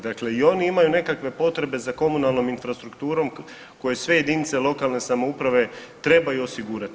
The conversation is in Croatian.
Dakle i oni imaju nekakve potrebe za komunalnom infrastrukturom koje sve jedinice lokalne samouprave trebaju osigurati.